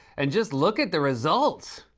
and just look at the results!